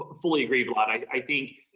fully agreeable. ah like i think,